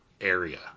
area